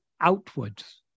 outwards